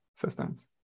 Systems